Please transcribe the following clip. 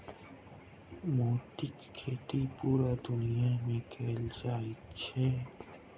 मोतीक खेती पूरा दुनिया मे कयल जाइत अछि